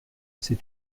c’est